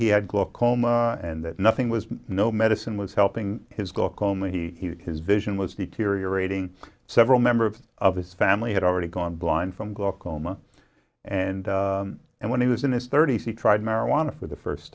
he had glaucoma and that nothing was no medicine was helping his gall coma he his vision was deteriorating several member of of his family had already gone blind from glaucoma and and when he was in his thirty's he tried marijuana for the first